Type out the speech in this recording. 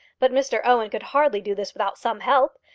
but mr owen could hardly do this without some help.